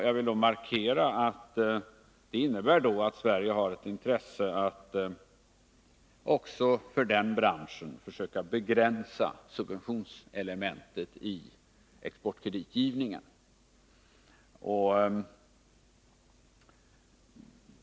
Jag vill markera att det innebär att Sverige har ett intresse av att även för den branschen försöka begränsa subventionselementet i exportkreditgivningen.